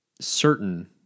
certain